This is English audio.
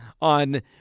on